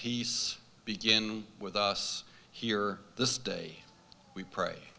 peace begin with us here this day we pray